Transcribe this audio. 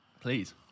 Please